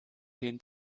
den